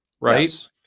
right